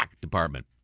Department